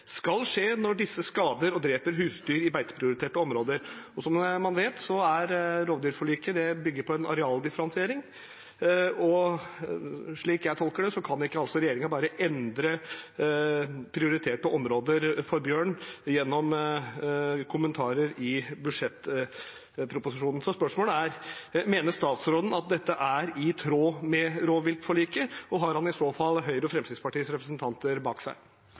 skal skje når disse skader og dreper husdyr i beiteprioriterte områder. Som man vet, bygger rovviltforliket på en arealdifferensiering, og slik jeg tolker det, kan ikke regjeringen bare endre prioriterte områder for bjørn gjennom kommentarer i budsjettproposisjonen. Så spørsmålet er: Mener statsråden at dette er i tråd med rovviltforliket, og har han i så fall Høyre og Fremskrittspartiets representanter bak seg?